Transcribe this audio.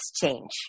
change